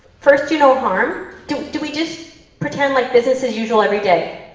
first do no harm. do do we just pretend like business as usual every day?